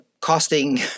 costing